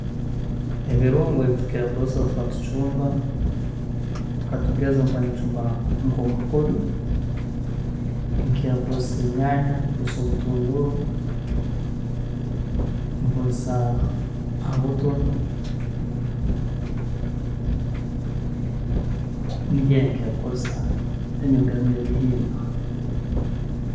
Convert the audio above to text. Ebirungo ebitukira kukozesa obutukuba nitucuumba, katugeze obu nkuba nincuumba nka omukubi, nkira kukozesa enyaanya nkozesa obutunguru, nkozesa awutu, nibyo ebi nkira kukozesa then nyongeramu nebihimba.